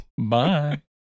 bye